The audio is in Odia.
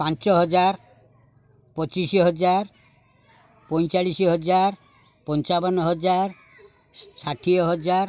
ପାଞ୍ଚ ହଜାର ପଚିଶ ହଜାର ପଇଁଚାଳିଶି ହଜାର ପଞ୍ଚାବନ ହଜାର ଷାଠିଏ ହଜାର